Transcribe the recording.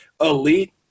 elite